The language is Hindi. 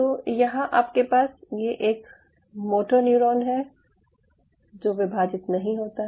तो यहां आपके पास ये एक मोटर न्यूरॉन है जो विभाजित नहीं होता